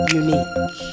unique